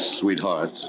sweetheart